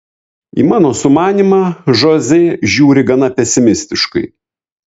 į mano sumanymą žoze žiūri gana pesimistiškai